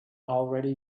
already